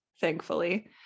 thankfully